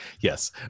Yes